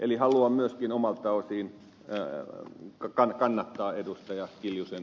eli haluan myöskin omalta osaltani kannattaa ed